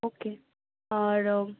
ওকে আর